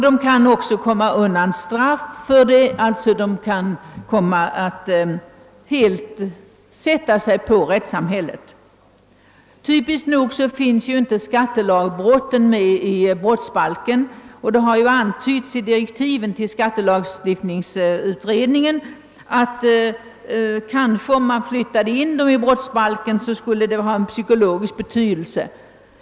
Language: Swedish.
De kan också undgå straff och därmed helt sätta sig på rättssamhället. Typiskt nog finns inte skattelagbrotten med i brottsbalken, och i direktiven till skattestrafflagutredningen har antytts, att det skulle ha en psykologisk betydelse om de flyttades över till brottsbalken.